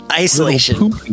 Isolation